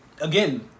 again